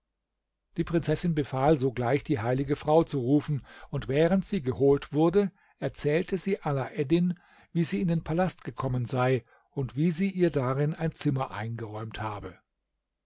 die prinzessin befahl sogleich die heilige frau zu rufen und während sie geholt wurde erzählte sie alaeddin wie sie in den palast gekommen sei und wie sie ihr darin ein zimmer eingeräumt habe